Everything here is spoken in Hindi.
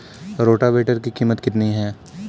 रोटावेटर की कीमत कितनी है?